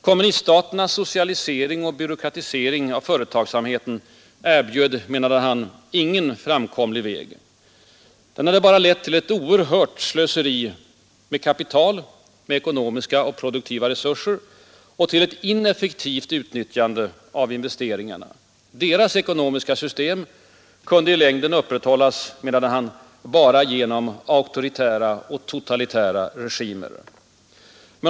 Kommuniststaternas socialisering och byråkratisering av företagsamheten erbjöd — menade han — ingen framkomlig väg. Den hade bara lett till ett oerhört slöseri med kapital — med ekonomiska och produktiva resurser — och till ett ineffektivt utnyttjande av investeringarna. Deras ekonomiska system kunde i längden upprätthållas blott genom auktoritära och totalitära regimer.